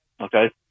okay